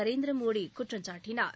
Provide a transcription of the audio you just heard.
நரேந்திர மோதி குற்றம் சாட்டினார்